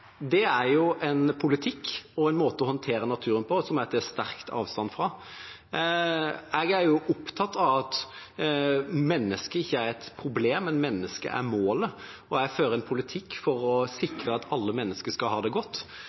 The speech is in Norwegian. er en politikk og en måte å håndtere naturen på som jeg tar sterkt avstand fra. Jeg er opptatt av at mennesket ikke er et problem, men at mennesket er målet, og jeg fører en politikk for å sikre at alle mennesker skal ha det godt.